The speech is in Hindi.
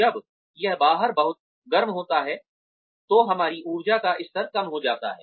जब यह बाहर बहुत गर्म होता है तो हमारी ऊर्जा का स्तर कम हो जाता है